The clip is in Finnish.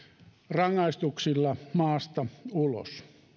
rangaistuksilla maasta ulos